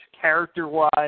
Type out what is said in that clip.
character-wise